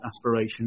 aspiration